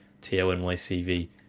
t-o-n-y-c-v